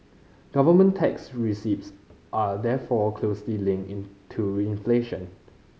government tax receipts are therefore closely linked in to inflation